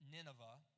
Nineveh